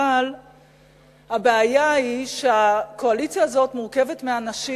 אבל הבעיה היא שהקואליציה הזאת מורכבת מאנשים